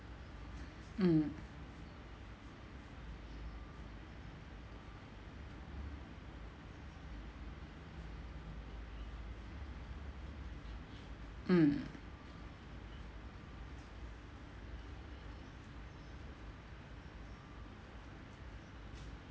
mm mm